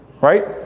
right